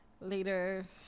later